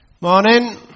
Morning